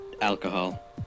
alcohol